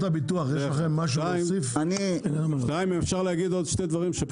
אני רוצה להעיר עוד שני דברים: